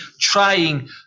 trying